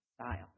style